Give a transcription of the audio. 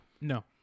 No